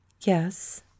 Yes